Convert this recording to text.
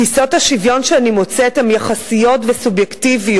תפיסות השוויון שאני מוצאת הן יחסיות וסובייקטיביות.